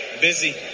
Busy